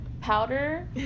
powder